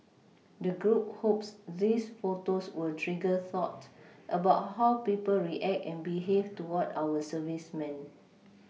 the group hopes these photos will trigger thought about how people react and behave toward our servicemen